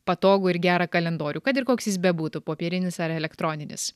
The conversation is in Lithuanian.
patogų ir gerą kalendorių kad ir koks jis bebūtų popierinis ar elektroninis